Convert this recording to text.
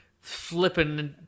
flipping